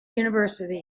university